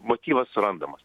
motyvas surandamas